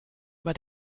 über